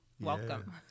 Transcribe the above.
Welcome